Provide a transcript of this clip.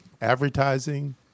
advertising